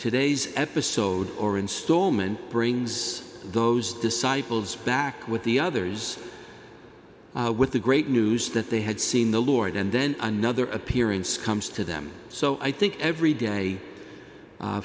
today's episode or installment brings those disciples back with the others with the great news that they had seen the lord and then another appearance comes to them so i think every day